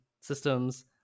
systems